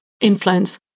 influence